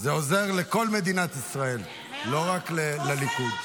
זה עוזר לכל מדינת ישראל, לא רק לליכוד.